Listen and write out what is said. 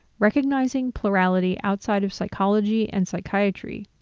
recognizing plurality outside of psychology and psychiatry,